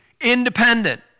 independent